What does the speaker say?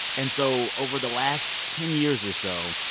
and so over the last ten years or so,